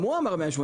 גם הוא אמר 180